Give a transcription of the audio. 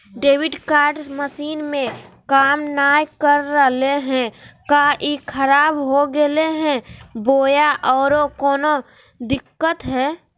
Debit card machine में काम नाय कर रहले है, का ई खराब हो गेलै है बोया औरों कोनो दिक्कत है?